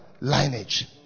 lineage